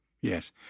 Yes